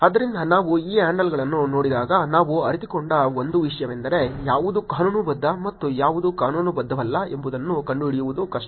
ಆದ್ದರಿಂದ ನಾವು ಈ ಹ್ಯಾಂಡಲ್ಗಳನ್ನು ನೋಡಿದಾಗ ನಾವು ಅರಿತುಕೊಂಡ ಒಂದು ವಿಷಯವೆಂದರೆ ಯಾವುದು ಕಾನೂನುಬದ್ಧ ಮತ್ತು ಯಾವುದು ಕಾನೂನುಬದ್ಧವಲ್ಲ ಎಂಬುದನ್ನು ಕಂಡುಹಿಡಿಯುವುದು ಕಷ್ಟ